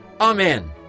Amen